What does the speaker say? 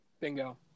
Bingo